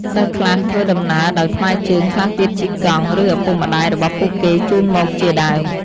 សិស្សខ្លះធ្វើដំណើរដោយថ្មើរជើង ខ្លះទៀតជិះកង់ ឬ ឪពុកម្ដាយរបស់ពួកគេជូនមកជាដើម។